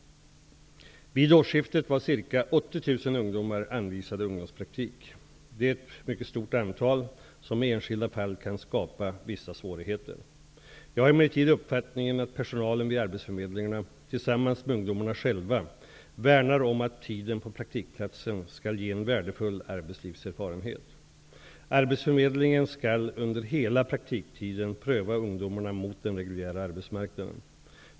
Vid årsskiftet var ca 80 000 ungdomar anvisade ungdomspraktik. Det är ett mycket stort antal som i enskilda fall kan skapa vissa svårigheter. Jag har emellertid uppfattningen att personalen vid arbetsförmedlingarna -- tillsammans med ungdomarna själva -- värnar om att tiden på praktikplatsen skall ge en värdefull arbetslivserfarenhet. Arbetsförmedlingen skall under hela praktiktiden pröva ungdomarna mot den reguljära arbetsmarknaden.